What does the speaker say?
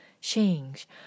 change